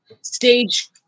stage